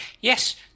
yes